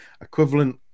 equivalent